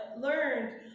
learned